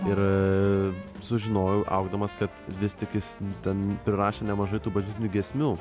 ir sužinojau augdamas kad vis tik jis ten prirašė nemažai tų bažnytinių giesmių